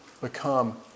become